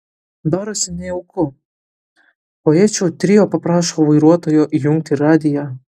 darosi nejauku poečių trio paprašo vairuotojo įjungti radiją